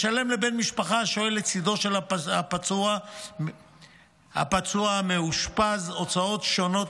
משלם לבן משפחה השוהה לצידו של פצוע מאושפז הוצאות שונות,